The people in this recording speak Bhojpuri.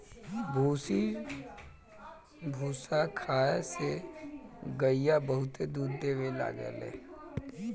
भूसी भूसा खाए से गईया बहुते दूध देवे लागेले